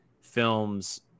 films –